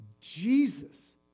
Jesus